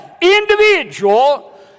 individual